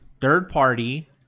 third-party